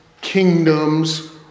kingdoms